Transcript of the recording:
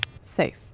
Safe